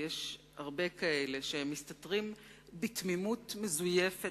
ויש הרבה כאלה שמסתתרים בתמימות מזויפת